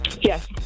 yes